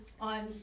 on